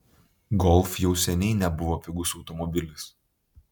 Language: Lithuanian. golf jau seniai nebuvo pigus automobilis